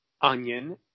onion